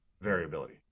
variability